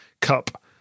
Cup